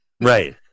Right